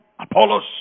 Apollos